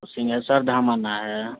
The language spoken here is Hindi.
उ सिंहेश्वर धाम आना है